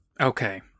Okay